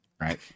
right